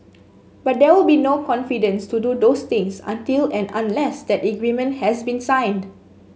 but there will be no confidence to do those things until and unless that agreement has been signed